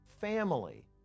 family